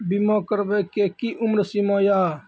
बीमा करबे के कि उम्र सीमा या?